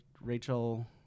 Rachel